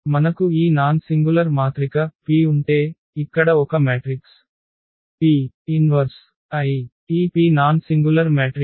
మనకు ఈ non singular మాత్రిక P ఉంటే ఇక్కడ ఒక మ్యాట్రిక్స్ P 1I ఈ P నాన్ సింగులర్ మ్యాట్రిక్స్